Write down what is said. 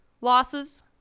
losses